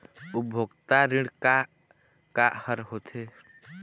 उपभोक्ता ऋण का का हर होथे?